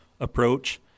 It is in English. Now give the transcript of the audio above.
approach